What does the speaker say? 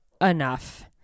enough